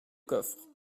coffre